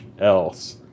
else